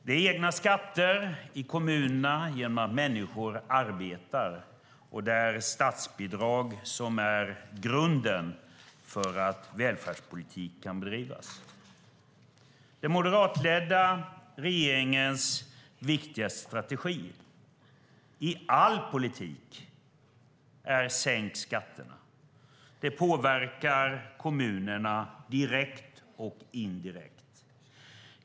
Det är egna skatter i kommunerna genom att människor arbetar och statsbidrag som är grunden för att välfärdspolitik kan bedrivas. Den moderatledda regeringens viktigaste strategi i all politik är att sänka skatterna. Det påverkar kommunerna direkt och indirekt.